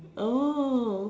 oh